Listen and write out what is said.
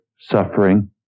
suffering